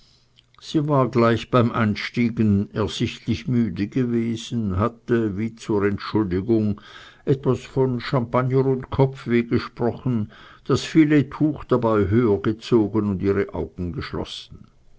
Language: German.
sie war gleich beim einsteigen ersichtlich müde gewesen hatte wie zur entschuldigung etwas von champagner und kopfweh gesprochen das filettuch dabei höher gezogen und ihre augen geschlossen